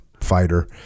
fighter